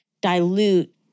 dilute